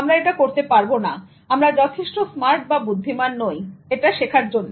আমরা এটা করতে পারব নাআমরা যথেষ্ট স্মার্ট বা বুদ্ধিমান নই এটা শেখার জন্য